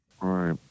Right